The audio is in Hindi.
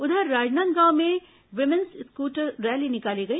उधर राजनांदगांव में वुमेन्स स्कूटर रैली निकाली गई